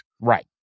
Right